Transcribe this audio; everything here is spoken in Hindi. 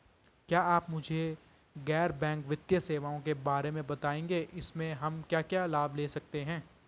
क्या आप मुझे गैर बैंक वित्तीय सेवाओं के बारे में बताएँगे इसमें हम क्या क्या लाभ ले सकते हैं?